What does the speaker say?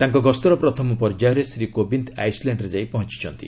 ତାଙ୍କ ଗସ୍ତର ପ୍ରଥମ ପର୍ଯ୍ୟାୟରେ ଶ୍ରୀ କୋବିନ୍ଦ ଆଇସ୍ଲ୍ୟାଣ୍ଡରେ ଯାଇ ପହଞ୍ଚୁଛନ୍ତି